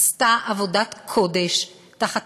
עשתה עבודת קודש, תחת